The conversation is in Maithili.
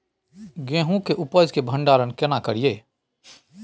गेहूं के उपज के भंडारन केना करियै?